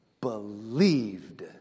believed